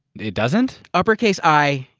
it doesn't? uppercase i,